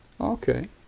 Okay